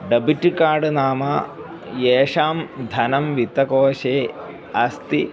debit card नाम येषां धनं वित्तकोषे अस्ति